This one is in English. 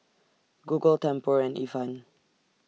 Google Tempur and Ifan